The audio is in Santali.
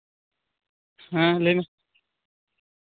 ᱦᱮᱸ ᱞᱟᱹᱭ ᱢᱮ